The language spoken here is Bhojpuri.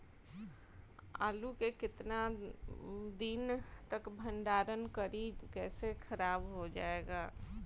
आलू के केतना दिन तक भंडारण करी जेसे खराब होएला?